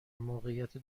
موقعیت